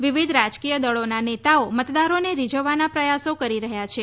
વિવિધ રાજકીય દળોના નેતાઓ મતદારોને રીઝવવાના પ્રયાસો કરી રહ્યા છે